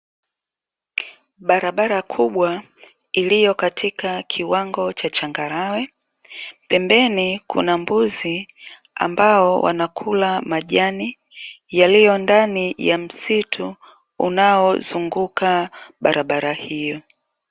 Barabara kubwa iliyokatika kiwango cha changarawe, pembeni kuna mbuzi ambao wanakula majani yaliyo ndani ya msitu unaozunguka barabara hiyo.